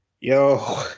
Yo